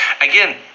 Again